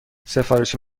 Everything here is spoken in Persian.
سفارش